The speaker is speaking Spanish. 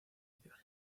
tierra